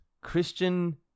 Christian